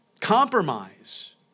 compromise